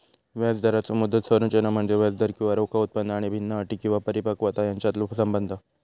व्याजदराचो मुदत संरचना म्हणजे व्याजदर किंवा रोखा उत्पन्न आणि भिन्न अटी किंवा परिपक्वता यांच्यातलो संबंध